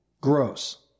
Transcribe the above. Gross